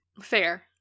Fair